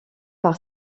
par